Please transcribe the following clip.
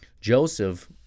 Joseph